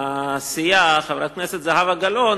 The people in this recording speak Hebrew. חברת הכנסת זהבה גלאון,